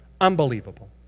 unbelievable